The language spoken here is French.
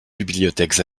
bibliothèques